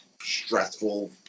stressful